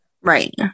Right